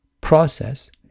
process